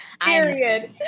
period